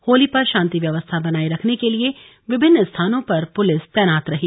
होली पर शांति व्यवस्था बनाये रखने के लिए विभिन्न स्थानों पर पुलिस तैनात रही